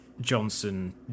Johnson